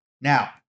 Now